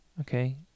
okay